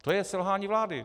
To je selhání vlády.